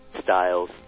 styles